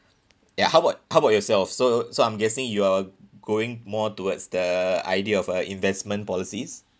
ya how about how about yourself so so I'm guessing you are going more towards the idea of a investment policies